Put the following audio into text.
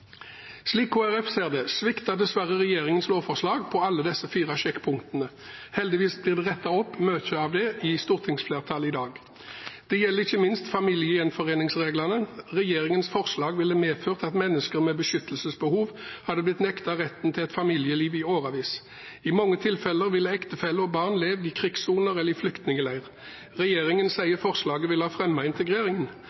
Slik Kristelig Folkeparti ser det, sviktet dessverre regjeringens lovforslag på alle disse fire sjekkpunktene. Heldigvis rettes mye opp av stortingsflertallet i dag. Dette gjelder ikke minst familiegjenforeningsreglene: Regjeringens forslag ville medført at mennesker med beskyttelsesbehov hadde blitt nektet retten til et familieliv i årevis. I mange tilfeller ville ektefelle og barn levd i krigssoner eller i flyktningleir. Regjeringen